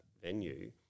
venue